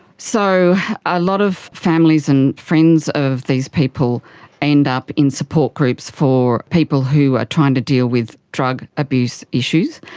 so a lot of families and friends of these people end up in support groups for people who are trying to deal with drug abuse issues.